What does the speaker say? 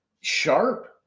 sharp